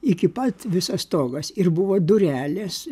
iki pat visas stogas ir buvo durelės